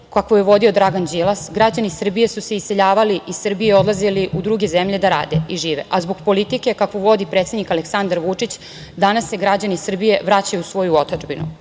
kakvu je vodio Dragan Đilas, građani Srbije su se iseljavali iz Srbije i odlazili u druge zemlje da rade i žive, a zbog politike kakvu vodi predsednik Aleksandar Vučić, danas se građani Srbije vraćaju u svoju otadžbinu. Nadam